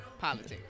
Politics